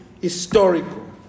historical